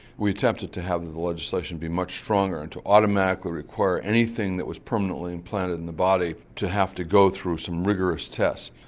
we attempted to have the legislation be much stronger and to automatically require anything that was permanently implanted in the body to have to go through some rigorous tests.